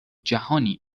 جهانی